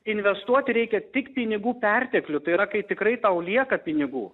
investuoti reikia tik pinigų perteklių tai yra kai tikrai tau lieka pinigų